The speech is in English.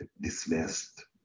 dismissed